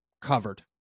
covered